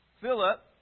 philip